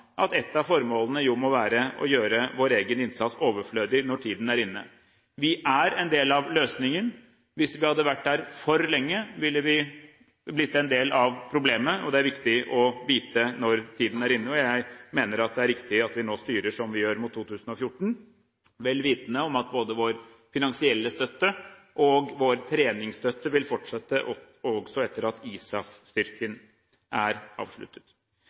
at et av formålene må være å gjøre vår egen innsats overflødig når tiden er inne. Vi er en del av løsningen. Hvis vi hadde vært der for lenge, ville vi blitt en del av problemet. Det er viktig å vite når tiden er inne. Jeg mener det er riktig at vi nå styrer som vi gjør mot 2014, vel vitende om at både vår finansielle støtte og vår treningsstøtte vil fortsette også etter at ISAF-styrken er avsluttet.